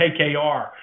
KKR